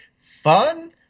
fun